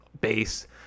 base